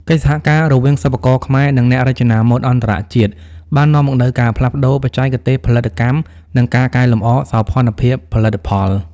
កិច្ចសហការរវាងសិប្បករខ្មែរ និងអ្នករចនាម៉ូដអន្តរជាតិ បាននាំមកនូវការផ្លាស់ប្តូរបច្ចេកទេសផលិតកម្ម និងការកែលម្អសោភ័ណភាពផលិតផល។